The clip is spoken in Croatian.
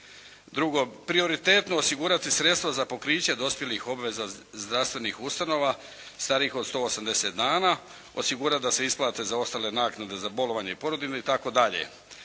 Drugo, prioritetno osigurati sredstva za pokriće dospjelih obveza zdravstvenih ustanova starijih od 180 dana. Osigurati da se isplate zaostale naknade za bolovanje i porodiljni itd.